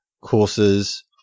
courses